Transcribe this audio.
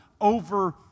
over